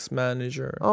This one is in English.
manager